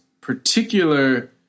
particular